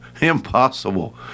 Impossible